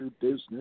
business